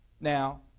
Now